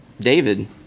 David